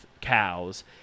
cows